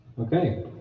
Okay